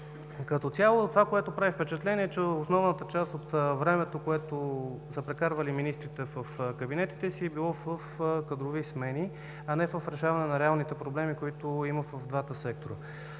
Като цяло това, което прави впечатление, е, че основната част от времето, което са прекарвали министрите в кабинетите си, е било в кадрови смени, а не в решаване на реалните проблеми, които има в двата сектора.